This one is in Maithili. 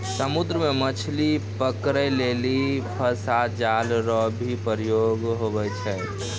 समुद्र मे मछली पकड़ै लेली फसा जाल रो भी प्रयोग हुवै छै